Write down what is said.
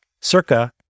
circa